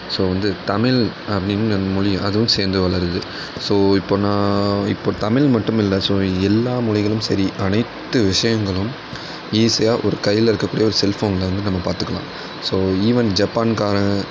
so வந்து தமிழ் அப்படின்னு மொழி அதுவும் சேந்து வளருது ஸோ இப்போது நான் இப்போது தமிழ் மட்டும் இல்லை ஸோ எல்லா மொழிகளும் சரி அனைத்து விஷயங்களும் ஈஸியாக ஒரு கையில் இருக்கக்கூடிய ஒரு செல்ஃபோனில் வந்து நம்ம பார்த்துக்கலாம் ஸோ ஈவன் ஜப்பான்காரன்